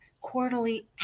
quarterly